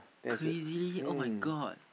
crazy [oh]-my-god